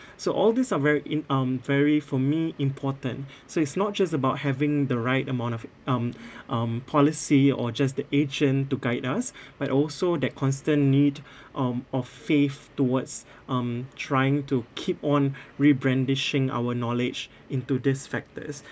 so all these are very im~ um very for me important so it's not just about having the right amount of um um policy or just the agent to guide us but also that constant need um of faith towards um trying to keep on re-brandishing our knowledge into these factors